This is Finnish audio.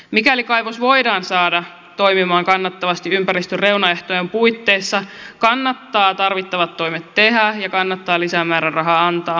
mikäli kaivos voidaan saada toimimaan kannattavasti ympäristön reunaehtojen puitteissa kannattaa tarvittavat toimet tehdä ja kannattaa lisämääräraha antaa